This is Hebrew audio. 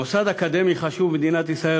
מוסד אקדמי חשוב במדינת ישראל,